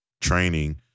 training